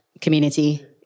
community